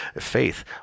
faith